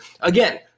Again